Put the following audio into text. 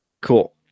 Cool